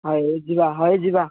ହଏ ଯିବା ହଉ ଯିବା